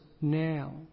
now